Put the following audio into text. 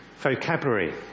vocabulary